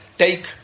Take